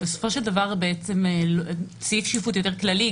בסופו של דבר סעיף שקיפות יותר כללי,